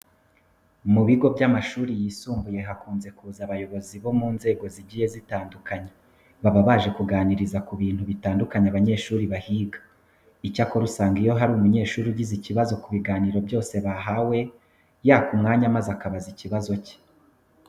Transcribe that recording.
Mu bigo by'amashuri yisumbuye hakunze kuza abayobozi bo mu nzego zigiye zitandukanye baba baje kuganiriza ku bintu bitandukanye abanyeshuri bahiga. Icyakora usanga iyo hari umunyeshuri agize ikibazo ku biganiro byose bahawe, yaka umwanya maze akabaza ikibazo cye.